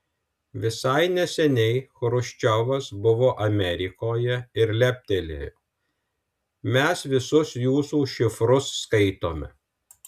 visai neseniai chruščiovas buvo amerikoje ir leptelėjo mes visus jūsų šifrus skaitome